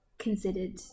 considered